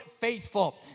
faithful